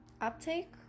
uptake